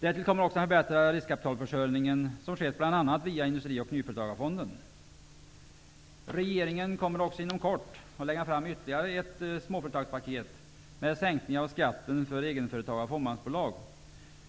Därtill kommer också den förbättrade riskkapitalförsörjningen som bl.a. skett via Regeringen kommer också inom kort att lägga fram ytterligare ett småföretagspaket med en sänkning av skatten för egenföretagare och fåmansbolag.